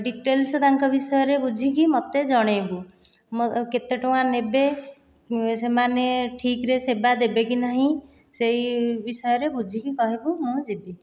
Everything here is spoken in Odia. ଡିଟେଲେସ୍ ତାଙ୍କ ବିଷୟରେ ବୁଝିକି ମୋତେ ଜଣେଇବୁ କେତେ ଟଙ୍କା ନେବେ ସେମାନେ ଠିକ୍ରେ ସେବା ଦେବେ କି ନାହିଁ ସେହି ବିଷୟରେ ବୁଝିକି କହିବୁ ମୁଁ ଯିବି